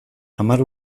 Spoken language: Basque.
hamar